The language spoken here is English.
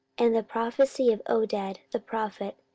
and the prophecy of oded the prophet,